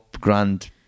grand